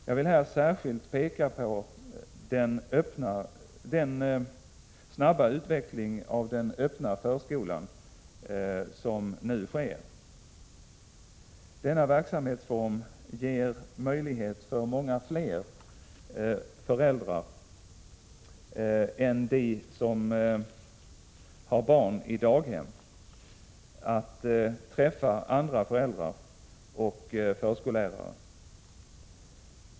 Jag vill här särskilt peka på den snabba utveckling av den öppna förskolan som nu sker. Denna verksamhetsform ger möjlighet för många fler föräldrar än dem som har barn på daghem att träffa andra föräldrar och förskollärare.